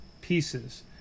pieces